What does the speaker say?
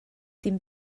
dim